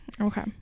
Okay